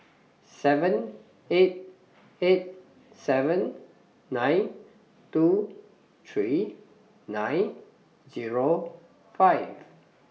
seven eight eight seven nine two three nine Zero five